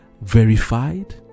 verified